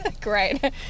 Great